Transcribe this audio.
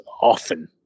often